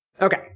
Okay